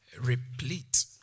replete